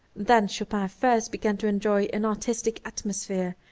then chopin first began to enjoy an artistic atmosphere,